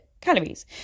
calories